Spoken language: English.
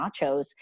nachos